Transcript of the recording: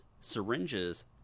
syringes